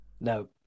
No